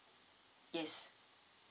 yes